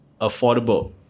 affordable